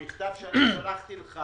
המכתב שאני שלחתי לך